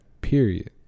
Period